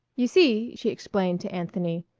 you see, she explained to anthony,